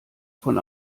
von